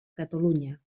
catalunya